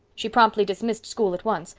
she promptly dismissed school at once,